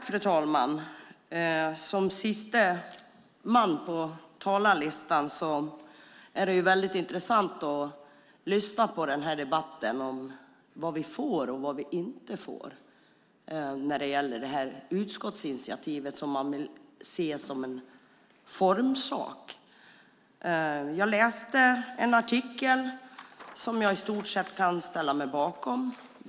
Fru talman! Som siste man på talarlistan är det väldigt intressant att lyssna på debatten om vad vi får och inte får när det gäller utskottsinitiativet, som man ser som en formsak. Jag läste en artikel, "Värna Mora tingsrätt", som jag i stort sett kan ställa mig bakom.